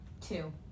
two